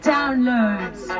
Downloads